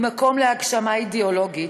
היא מקום להגשמה אידיאולוגית.